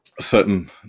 certain